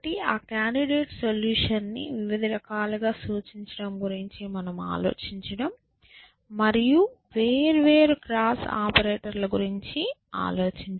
ఆ candidate solution ని వివిధ రకాలుగా సూచించడం గురించి మనం ఆలోచించడం మరియు వేర్వేరు క్రాస్ ఆపరేటర్ల గురించి ఆలోచించడం